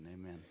Amen